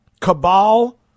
cabal